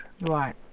Right